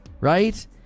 Right